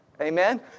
Amen